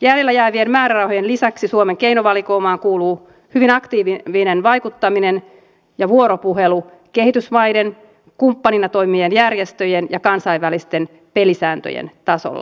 jäljelle jäävien määrärahojen lisäksi suomen keinovalikoimaan kuuluu hyvin aktiivinen vaikuttaminen ja vuoropuhelu kehitysmaiden kumppaneina toimivien järjestöjen ja kansainvälisten pelisääntöjen tasolla